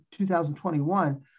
2021